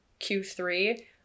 Q3